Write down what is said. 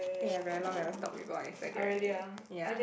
eh I very long never stalk people on Instagram already ya